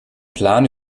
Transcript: plan